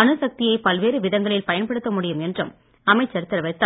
அணுசக்தியை பல்வேறு விதங்களில் பயன்படுத்த முடியும் என்றும் அமைச்சர் தெரிவித்தார்